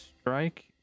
strike